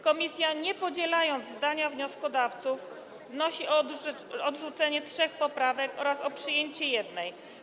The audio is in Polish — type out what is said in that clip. Komisja, nie podzielając zdania wnioskodawców, wnosi o odrzucenie trzech poprawek oraz o przyjęcie jednej.